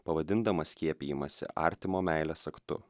pavadindamas skiepijimąsi artimo meilės aktu